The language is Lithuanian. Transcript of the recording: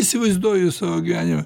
įsivaizduoju savo gyvenimą